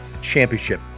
championship